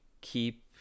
keep